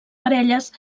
parelles